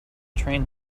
train